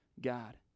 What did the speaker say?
God